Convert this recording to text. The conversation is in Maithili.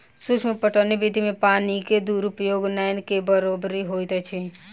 सूक्ष्म पटौनी विधि मे पानिक दुरूपयोग नै के बरोबरि होइत अछि